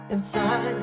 Inside